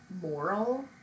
moral